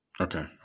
Okay